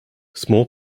small